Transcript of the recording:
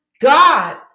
god